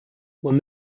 were